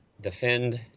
defend